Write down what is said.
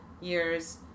years